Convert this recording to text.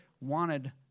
wanted